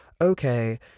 okay